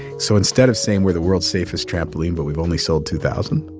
so instead of saying, we're the world's safest trampoline, but we've only sold two thousand.